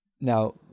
Now